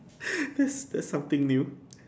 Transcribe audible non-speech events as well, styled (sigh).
(noise) that's that's something new